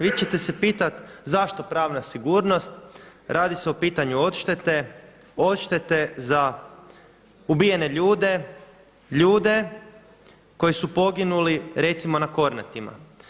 Vi ćete se pitati zašto pravna sigurnost, radi se o pitanju odštete, odštete za ubijene ljude, ljude koji su poginuli recimo na Kornatima.